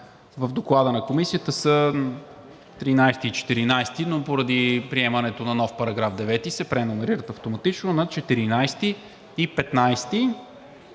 в Доклада на Комисията са 13 и 14, но поради приемането на нов § 9 се преномерират автоматично на 14 и 15.